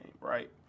right